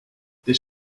this